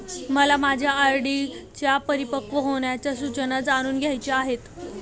मला माझ्या आर.डी च्या परिपक्व होण्याच्या सूचना जाणून घ्यायच्या आहेत